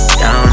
down